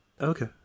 Okay